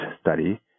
study